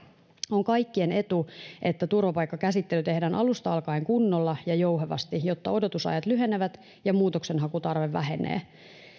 on kaikkien etu että turvapaikkakäsittely tehdään alusta alkaen kunnolla ja jouhevasti jotta odotusajat lyhenevät ja muutoksenhakutarve vähenee